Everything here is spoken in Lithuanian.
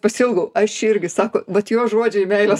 pasiilgau aš irgi sako vat jo žodžiai meilės